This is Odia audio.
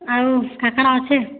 ଆଉ କାଣା କାଣା ଅଛେ